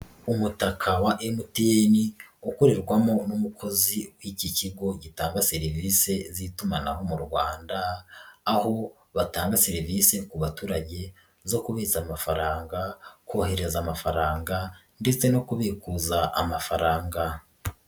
Umutaka wa MTN ukorerwamo n'umukozi w'iki kigo gitanga serivisi z'itumanaho mu Rwanda, aho batanga serivisi ku baturage, zo kubitsa amafaranga, kohereza amafaranga ndetse no kubikuza amafaranga.